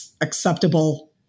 acceptable